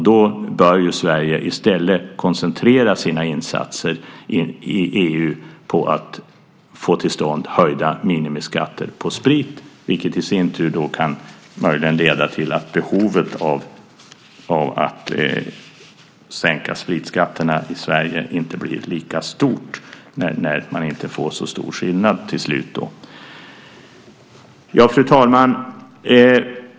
Då bör Sverige i stället koncentrera sina insatser i EU på att få till stånd höjda minimiskatter på sprit, vilket i sin tur möjligen kan leda till att behovet av att sänka spritskatterna i Sverige inte blir lika stort när det inte blir så stor skillnad till slut. Fru talman!